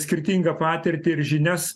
skirtingą patirtį ir žinias